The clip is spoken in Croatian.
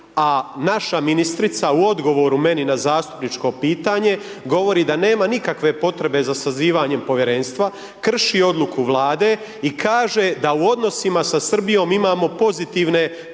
naša ministrica u odgovoru meni na zastupničko pitanje govori da nema nikakve potrebe za sazivanjem povjerenstva, krši odluku Vlade i kaže da u odnosima sa Srbijom imamo pozitivne pomake.